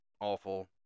awful